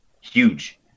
huge